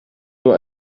nur